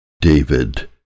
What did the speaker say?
David